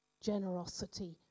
generosity